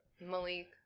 malik